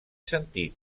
sentit